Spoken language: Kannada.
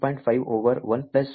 5 ಓವರ್ 1 ಪ್ಲಸ್ 1